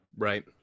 Right